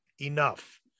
enough